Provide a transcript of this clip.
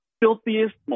filthiest